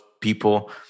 people